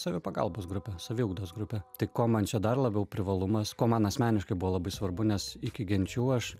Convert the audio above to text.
savipagalbos grupė saviugdos grupė tai ko man čia dar labiau privalumas ko man asmeniškai buvo labai svarbu nes iki genčių aš